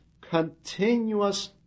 Continuous